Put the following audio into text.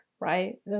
Right